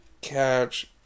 catch